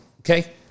Okay